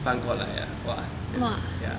反过来 ah !wah! ya